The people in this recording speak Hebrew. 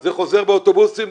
זה חוזר באוטובוסים,